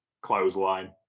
Clothesline